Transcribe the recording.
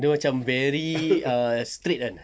dia macam very err straight kan